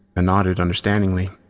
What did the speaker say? ah nodded understandingly,